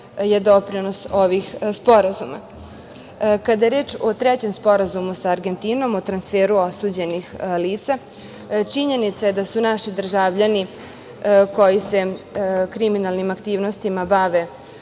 je doprinos ovih sporazuma. Kada je reč o trećem Sporazumu sa Argentinom o transferu osuđenih lica, činjenica je da su naši državljani koji se kriminalnim aktivnostima bave